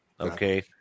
Okay